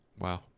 wow